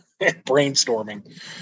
brainstorming